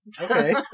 okay